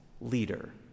leader